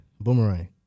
Boomerang